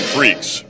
Freaks